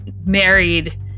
married